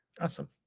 Awesome